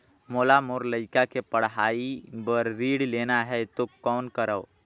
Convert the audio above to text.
मोला मोर लइका के पढ़ाई बर ऋण लेना है तो कौन करव?